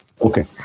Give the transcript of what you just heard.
Okay